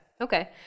okay